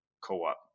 co-op